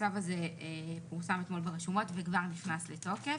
הצו הזה פורסם אתמול ברשומות ונכנס לתוקף.